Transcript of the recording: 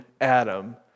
Adam